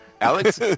Alex